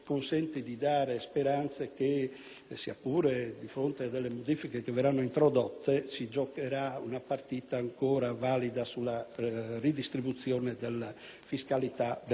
sia pure di fronte a delle modifiche che verranno introdotte, si giocherà una partita ancora valida sulla redistribuzione della fiscalità del nostro Paese.